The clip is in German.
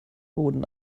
boden